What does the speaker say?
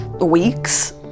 weeks